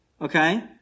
Okay